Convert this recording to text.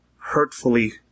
hurtfully